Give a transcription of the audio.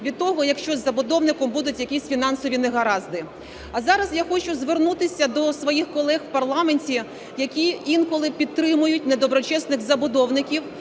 від того, якщо з забудовником будуть якісь фінансові негаразди. А зараз я хочу звернутися до своїх колег в парламенті, які інколи підтримують недоброчесних забудовників,